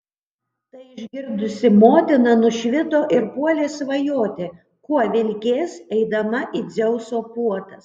tai išgirdusi motina nušvito ir puolė svajoti kuo vilkės eidama į dzeuso puotas